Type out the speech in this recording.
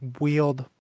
wield